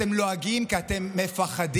אתם לועגים כי אתם מפחדים.